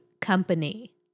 company